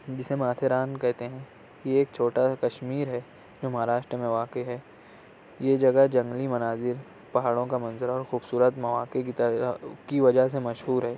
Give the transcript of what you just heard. جسے ماتھے ران کہتے ہیں یہ ایک چھوٹا سا کشمیر ہے جو مہاراشٹر میں واقع ہے یہ جگہ جنگلی مناظر پہاڑوں کا منظر اور خوبصورت مواقع کی کی وجہ سے مشہور ہے